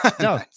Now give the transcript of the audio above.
No